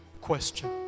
question